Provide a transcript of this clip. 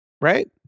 right